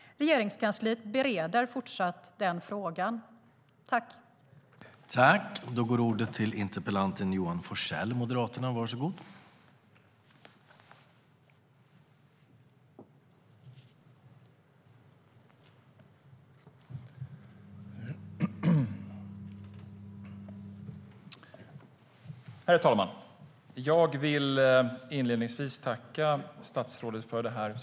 Regeringskansliet bereder frågan.